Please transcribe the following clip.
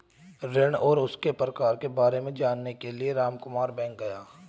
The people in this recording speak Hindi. ऋण और उनके प्रकार के बारे में जानने के लिए रामकुमार बैंक गया